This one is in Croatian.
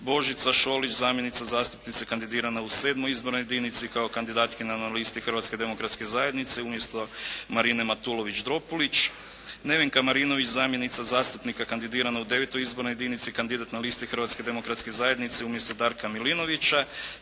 Božića Šolić zamjenica zastupnice kandidirana u VII. izbornoj jedinici kao kandidatkinja na listi Hrvatske demokratske zajednice umjesto Marine Matulović-Dropulić, Nevenka Marinović zamjenica zastupnika kandidirana u IX. izbornoj jedinici kao kandidat na listi Hrvatske demokratske zajednice umjesto Darka Milinovića,